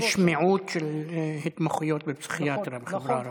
יש מיעוט של התמחויות בפסיכיאטריה בחברה הערבית.